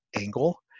angle